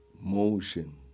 motion